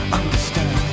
understand